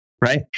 Right